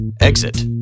Exit